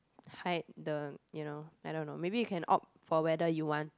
hide the you know I don't know maybe you can opt for whether you want